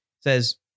says